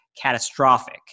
catastrophic